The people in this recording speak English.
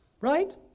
right